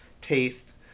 taste